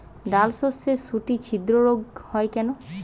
ডালশস্যর শুটি ছিদ্র রোগ হয় কেন?